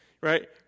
Right